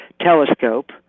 telescope